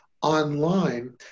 online